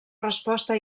resposta